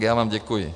Já vám děkuji.